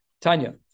Tanya